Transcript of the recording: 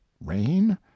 Rain